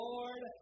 Lord